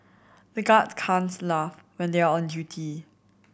the guards can't laugh when they are on duty